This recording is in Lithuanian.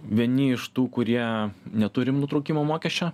vieni iš tų kurie neturim nutraukimo mokesčio